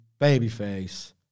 Babyface